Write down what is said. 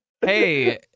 Hey